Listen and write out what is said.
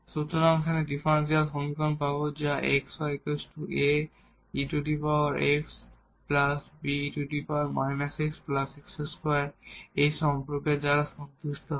সুতরাং আমরা ডিফারেনশিয়াল সমীকরণটি পাব যা xy aex be x x2 এই সম্পর্কের দ্বারা সন্তুষ্ট হবে